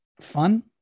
fun